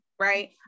right